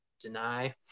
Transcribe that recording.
deny